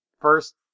First